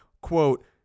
quote